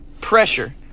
pressure